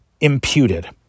imputed